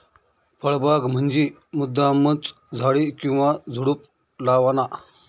फळबाग म्हंजी मुद्दामचं झाडे किंवा झुडुप लावाना